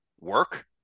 work